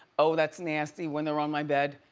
oh that's nasty when they're on my bed,